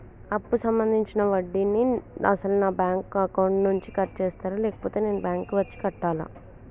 అప్పు సంబంధించిన వడ్డీని అసలు నా బ్యాంక్ అకౌంట్ నుంచి కట్ చేస్తారా లేకపోతే నేను బ్యాంకు వచ్చి కట్టాలా?